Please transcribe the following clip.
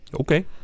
Okay